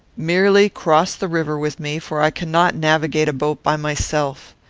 merely cross the river with me, for i cannot navigate a boat by myself.